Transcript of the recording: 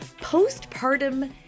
postpartum